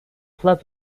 club